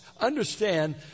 understand